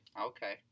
Okay